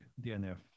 DNF